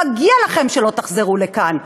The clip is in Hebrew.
מגיע לכם שלא תחזרו לכאן.